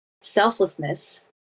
selflessness